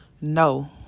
no